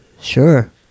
Sure